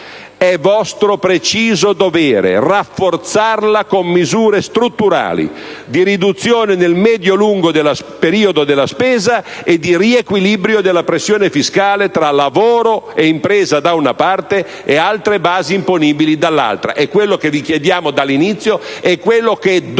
È vostro preciso dovere rafforzarla con misure strutturali di riduzione, nel medio-lungo periodo, della spesa e di riequilibrio della pressione fiscale tra lavoro e impresa, da una parte, e altre basi imponibili, dall'altra. È quello che vi chiediamo dall'inizio. È quello che dovete